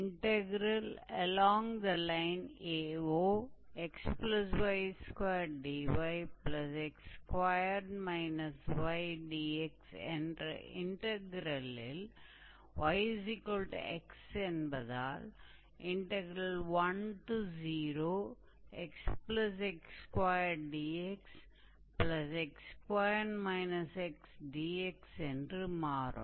along the line AOxy2dyx2 ydx என்ற இன்டக்ரெலில் 𝑦 𝑥 என்பதால் 10xx2dxx2 xdx என்று மாறும்